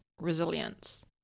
resilience